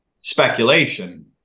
speculation